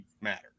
matter